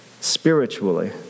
spiritually